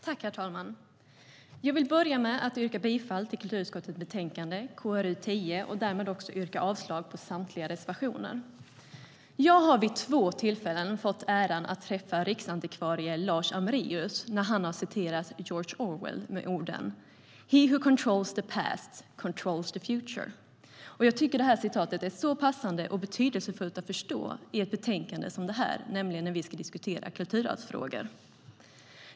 Herr talman! Jag vill börja med att yrka bifall till förslaget i kulturutskottets betänkande KrU10 och därmed också yrka avslag på samtliga reservationer. Jag har vid två tillfällen fått äran att träffa riksantikvarie Lars Amréus när han har citerat George Orwell med orden: "He who controls the past controls the future." Jag tycker detta citat är så passande och betydelsefullt att förstå i ett betänkande som det här, nämligen när vi ska diskutera kulturarvsfrågor.